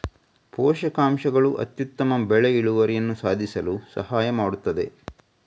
ಪೋಷಕಾಂಶಗಳು ಅತ್ಯುತ್ತಮ ಬೆಳೆ ಇಳುವರಿಯನ್ನು ಸಾಧಿಸಲು ಸಹಾಯ ಮಾಡುತ್ತದೆ